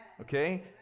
Okay